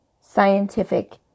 scientific